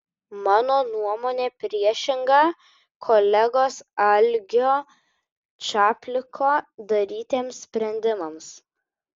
mano nuomonė priešinga kolegos algio čapliko darytiems sprendimams